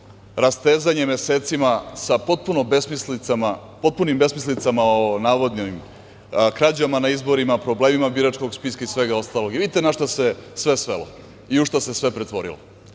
rastezanje mesecima sa potpunim besmislicama o navodnim krađama na izborima, problemima biračkog spiska i svega ostalog. Vidite na šta se sve svelo i u šta se sve pretvorilo.